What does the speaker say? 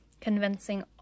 convincing